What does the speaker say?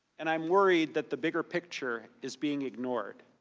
and i am worried that the bigger picture is being ignored.